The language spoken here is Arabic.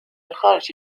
الخارج